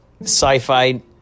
sci-fi